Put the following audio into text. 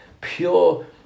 pure